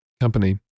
company